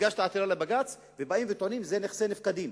הגשתי עתירה לבג"ץ וטענו שאלה נכסי נפקדים.